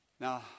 Now